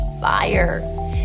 fire